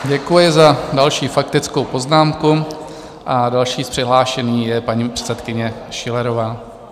Děkuji za další faktickou poznámku a další přihlášený je paní předsedkyně Schillerová.